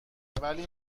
ولی